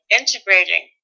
integrating